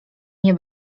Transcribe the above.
nie